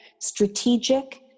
strategic